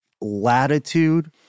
latitude